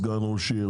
סגן ראש עיר,